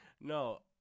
no